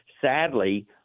sadly